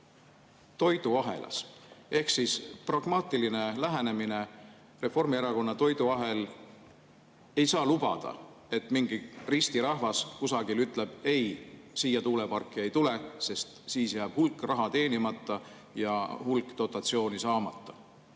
toiduahelas? Ehk siis pragmaatiline lähenemine. Reformierakonna toiduahel ei saa lubada, et mingi ristirahvas kusagil ütleb: "Ei, siia tuuleparki ei tule." Siis jääb ju hulk raha teenimata ja hulk dotatsiooni saamata.